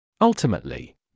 Ultimately